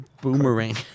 Boomerang